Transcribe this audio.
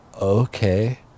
Okay